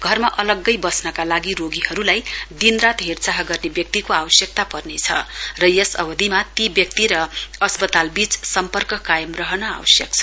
घरमा अलग्गै वस्नका लागि रोगीहरुलाई दिनरात हेरचाह गर्ने व्यक्तिको आवश्यकता पर्नेछ र यस अवधिमा ती व्यक्ति र अस्पतालवीच सम्पर्क कायम रहन आवश्यक छ